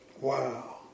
Wow